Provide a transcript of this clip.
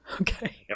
Okay